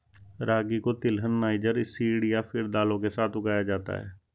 रागी को तिलहन, niger seed या फिर दालों के साथ उगाया जाता है